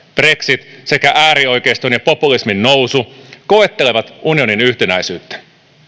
brexit sekä äärioikeiston ja populismin nousu koettelevat unionin yhtenäisyyttä